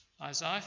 Isaiah